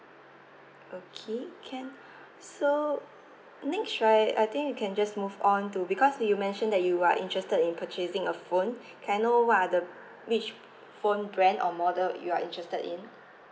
okay can so next right I think you can just move on to because you mentioned that you are interested in purchasing a phone can I know what are the which phone brand or model you're interested in